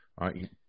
right